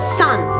son